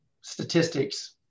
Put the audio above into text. statistics